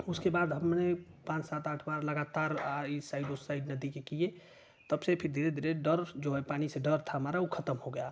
उसके बाद हमने पाँच सात आठ बार लगातार इस साइड उस साइड नदी के किये तब से फिर धीरे धीरे डर जो है पानी से जो डर था हमारा उ ख़त्म हो गया